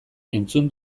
entzun